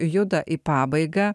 juda į pabaigą